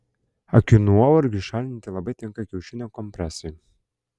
akių nuovargiui šalinti labai tinka kiaušinio kompresai